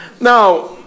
Now